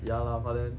ya lah but then